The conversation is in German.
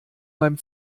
beim